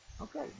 Okay